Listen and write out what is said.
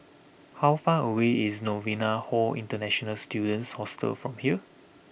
how far away is Novena Hall International Students Hostel from here